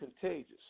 contagious